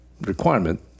requirement